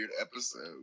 episode